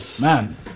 Man